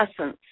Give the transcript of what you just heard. essence